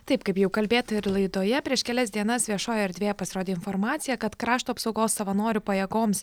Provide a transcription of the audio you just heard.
taip kaip jau kalbėta ir laidoje prieš kelias dienas viešojoje erdvėje pasirodė informacija kad krašto apsaugos savanorių pajėgoms